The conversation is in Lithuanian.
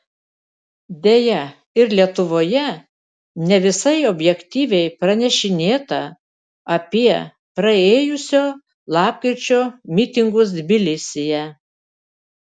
deja ir lietuvoje ne visai objektyviai pranešinėta apie praėjusio lapkričio mitingus tbilisyje